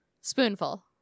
spoonful